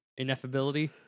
ineffability